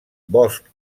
bosch